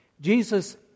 Jesus